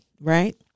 Right